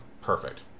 Perfect